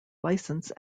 licence